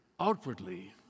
outwardly